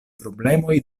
problemoj